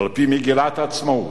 על-פי מגילת העצמאות,